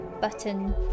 button